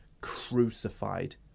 crucified